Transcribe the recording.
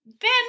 Ben